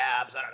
abs